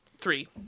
three